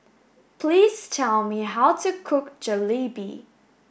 please tell me how to cook Jalebi